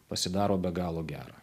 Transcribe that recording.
pasidaro be galo gera